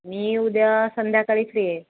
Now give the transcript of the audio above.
मी उद्या संध्याकाळी फ्री आहे